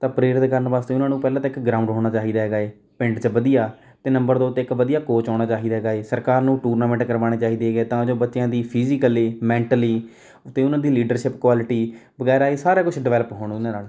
ਤਾਂ ਪ੍ਰੇਰਿਤ ਕਰਨ ਵਾਸਤੇ ਉਨ੍ਹਾਂ ਨੂੰ ਪਹਿਲਾਂ ਤਾਂ ਇੱਕ ਗਰਾਊਂਡ ਹੋਣਾ ਚਾਹੀਦਾ ਹੈਗਾ ਹੈ ਪਿੰਡ 'ਚ ਵਧੀਆ ਅਤੇ ਨੰਬਰ ਦੋ 'ਤੇ ਇੱਕ ਵਧੀਆ ਕੋਚ ਹੋਣਾ ਚਾਹੀਦਾ ਹੈਗਾ ਹੈ ਸਰਕਾਰ ਨੂੰ ਟੂਰਨਾਮੈਂਟ ਕਰਵਾਉਣੇ ਚਾਹੀਦੇ ਹੈਗੇ ਹੈ ਤਾਂ ਜੋ ਬੱਚਿਆਂ ਦੀ ਫਿਜੀਕਲੀ ਮੈਂਟਲੀ ਅਤੇ ਉਨ੍ਹਾਂ ਦੀ ਲੀਡਰਸ਼ਿਪ ਕੁਆਲਿਟੀ ਵਗੈਰਾ ਇਹ ਸਾਰਾ ਕੁਛ ਡਿਵੈਲਪ ਹੋਣ ਉਹਦੇ ਨਾਲ